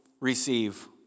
receive